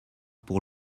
pour